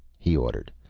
he ordered,